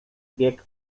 zbieg